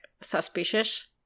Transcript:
suspicious